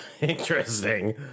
Interesting